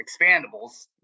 expandables